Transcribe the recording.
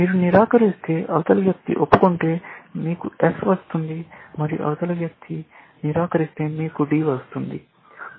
మీరు నిరాకరిస్తే అవతలి వ్యక్తి ఒప్పుకుంటే మీకు F వస్తుంది మరియు అవతలి వ్యక్తి నిరాకరిస్తే మీకు D వస్తుంది